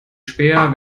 späher